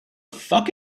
fuck